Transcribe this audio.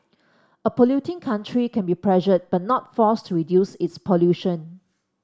a polluting country can be pressured but not forced to reduce its pollution